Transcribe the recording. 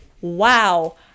wow